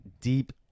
deep